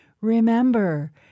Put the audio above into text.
remember